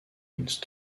une